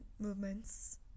movements